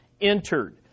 entered